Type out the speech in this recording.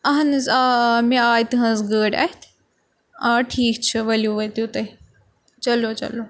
اہن حظ آ آ مےٚ آے تٕہٕنٛز گٲڑۍ اَتھِ آ ٹھیٖک چھُ ؤلِو وٲتِو تُہۍ چلو چلو